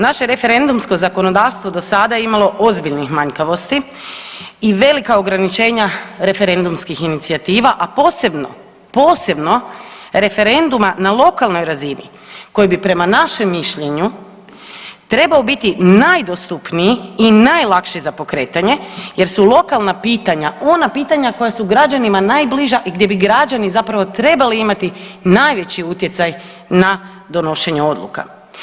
Naše je referendumsko zakonodavstvo do sada imalo ozbiljnih manjkavosti i velika ograničenja referendumskih inicijativa, a posebno, posebno referenduma na lokalnoj razini koji bi prema našem mišljenju trebao biti najdostupniji i najlakši za pokretanje jer su lokalna pitanja ona pitanja koja su građanima najbliža i gdje bi građani zapravo trebali imati najveći utjecaj na donošenje odluka.